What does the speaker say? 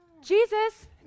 Jesus